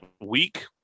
week